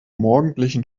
morgendlichen